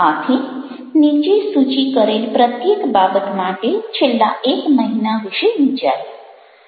આથી નીચે સૂચિ કરેલ પ્રત્યેક બાબત માટે છેલ્લા એક મહિના વિશે વિચારો